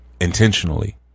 intentionally